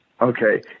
Okay